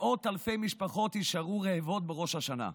מאות אלפי משפחות יישארו רעבות בראש השנה.